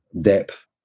depth